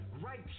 right